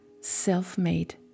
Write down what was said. self-made